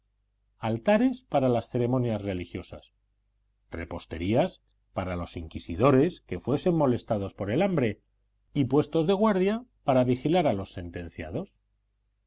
altares para las ceremonias religiosas reposterías para los inquisidores que fuesen molestados por el hambre y puestos de guardia para vigilar a los sentenciados